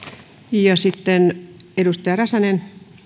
ja sitten edustaja räsänen